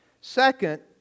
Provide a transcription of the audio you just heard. Second